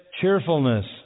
cheerfulness